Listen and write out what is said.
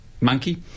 monkey